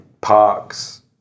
parks